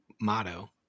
motto